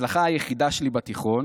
ההצלחה היחידה שלי בתיכון